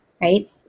right